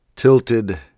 Tilted